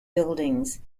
buildings